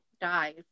dies